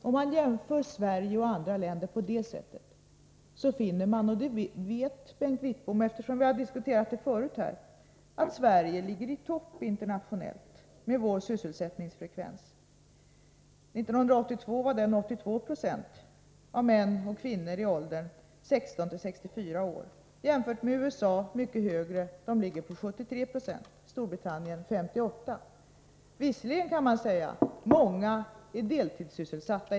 Om man jämför Sverige och andra länder på det sättet finner man — och det vet Bengt Wittbom, eftersom vi har diskuterat det förut här — att vi i Sverige ligger i topp internationellt med vår sysselsättningsfrekvens. 1982 var den 82 20 av män och kvinnor i åldrarna 16-64 år. Jämfört med USA ligger vi mycket högre. De ligger på 73 90 och Storbritannien på 58. Visserligen kan man säga att många i Sverige är deltidssysselsatta.